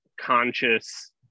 conscious